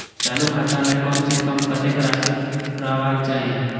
चालु खाता में कम से कम कतेक राशि रहबाक चाही?